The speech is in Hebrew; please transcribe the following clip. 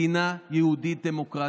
מדינה יהודית דמוקרטית.